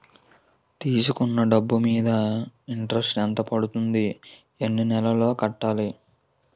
తీసుకున్న డబ్బు మీద ఇంట్రెస్ట్ ఎంత పడుతుంది? ఎన్ని నెలలో కట్టాలి?